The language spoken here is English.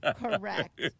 Correct